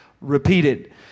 repeated